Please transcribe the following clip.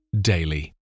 daily